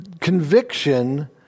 conviction